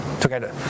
together